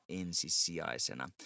ensisijaisena